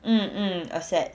mm mm a set